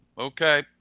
Okay